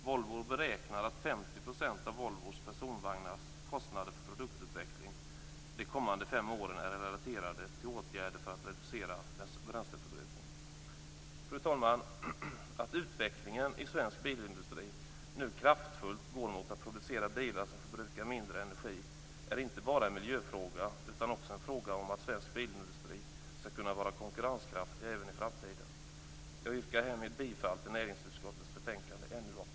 Volvo räknar med att 50 % av Volvo Personvagnars kostnader för produktutveckling under de kommande fem åren är relaterade till åtgärder för att reducera bränsleförbrukningen. Fru talman! Att utvecklingen i svensk bilindustri nu kraftfullt går mot produktion av bilar som förbrukar mindre energi är inte bara en miljöfråga utan också en fråga om att svensk bilindustri skall kunna vara konkurrenskraftig även i framtiden. Jag yrkar härmed bifall till hemställan i näringsutskottets betänkande NU8.